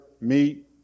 meet